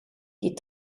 die